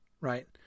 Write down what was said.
right